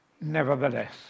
nevertheless